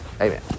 amen